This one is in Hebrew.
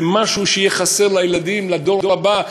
זה משהו שיהיה חסר לילדים, לדור הבא.